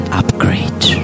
upgrade